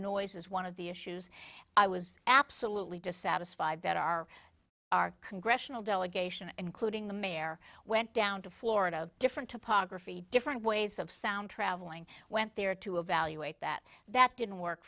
noise is one of the issues i was absolutely dissatisfied that our our congressional delegation including the mare went down to florida different topography different ways of sound traveling went there to evaluate that that didn't work